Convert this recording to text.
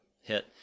hit